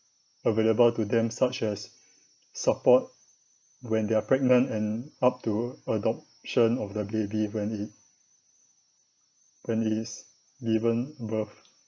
available to them such as support when they are pregnant and up to adoption of the baby it when it is given birth